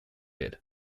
did